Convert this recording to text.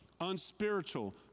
unspiritual